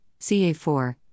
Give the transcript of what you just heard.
CA4